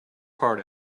heart